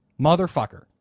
Motherfucker